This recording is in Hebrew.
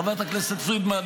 חברת הכנסת פרידמן,